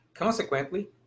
Consequently